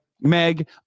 Meg